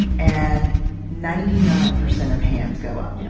and ninety nine percent of hands go up. yeah